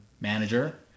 manager